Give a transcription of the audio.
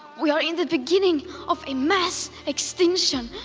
we are in the beginning of a mass extinction,